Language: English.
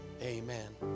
Amen